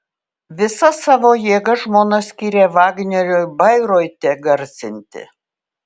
visas savo jėgas žmona skyrė vagneriui bairoite garsinti